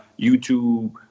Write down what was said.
YouTube